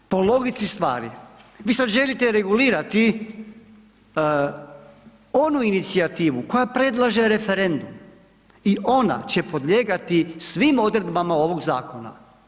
Po logici stvari, vi sada želite regulirati onu inicijativu koja predlaže referendum i ona će podlijegati svim odredbama ovog zakona.